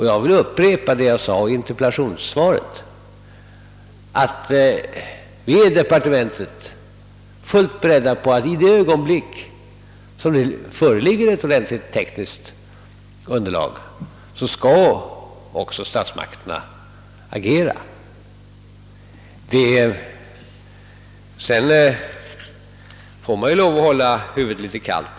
Jag vill upprepa vad jag sade i svaret, att vi inom departementet är beredda att agera så snart tekniskt underlag föreligger. Man måste emellertid hålla huvudet kallt.